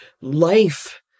life